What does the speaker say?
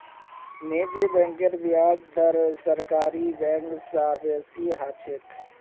निजी बैंकेर ब्याज दर सरकारी बैंक स बेसी ह छेक